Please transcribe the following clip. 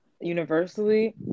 universally